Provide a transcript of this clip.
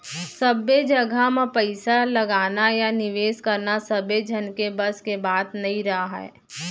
सब्बे जघा म पइसा लगाना या निवेस करना सबे झन के बस के बात नइ राहय